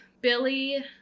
Billy